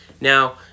Now